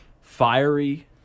Fiery